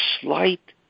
slight